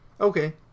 Okay